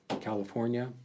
California